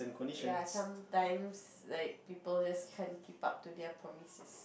ya sometimes like people just can't keep up to their promises